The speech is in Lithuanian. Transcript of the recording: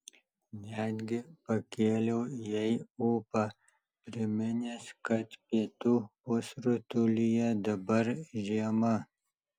netgi pakėliau jai ūpą priminęs kad pietų pusrutulyje dabar žiema